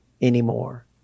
anymore